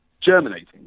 germinating